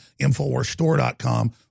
infowarsstore.com